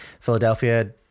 philadelphia